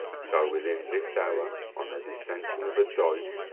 shall within this hour, on a dissension of a doit,